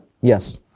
yes